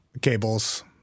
cables